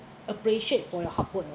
appreciate for your hard work